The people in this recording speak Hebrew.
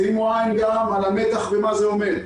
שימו עין גם על המתח ומה זה אומר.